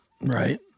Right